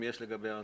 אם יש,